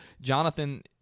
Jonathan